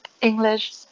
English